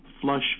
flush